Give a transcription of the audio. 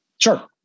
Sure